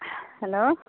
hello